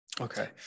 Okay